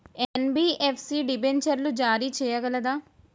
NBFC డిబెంచర్లు జారీ చేయగలదా?